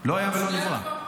לא היה ולא נברא.